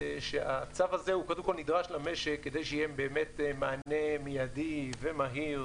שהצו הזה קודם כל נדרש למשק כדי שיהיה מענה מידי ומהיר,